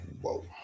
whoa